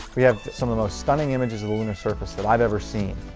we have some of the most stunning images of the lunar surface that i have ever seen.